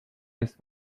les